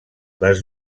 les